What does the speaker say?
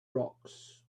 rocks